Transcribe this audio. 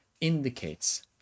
indicates